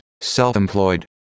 self-employed